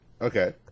Okay